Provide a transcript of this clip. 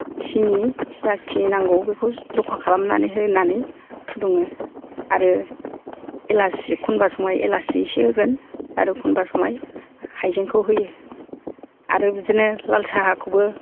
सिनि जाखिनि नांगौ बेखौ जखा खालामनानै होनानै फुदुङो आरो एलायचि कुनबा समाय एलायचि एसे होगोन आरो कुनबा समाय हायजेंखौ होयो आरो बिदिनो लाल साहाखौबो